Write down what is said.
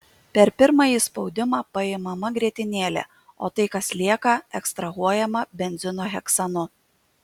per pirmąjį spaudimą paimama grietinėlė o tai kas lieka ekstrahuojama benzino heksanu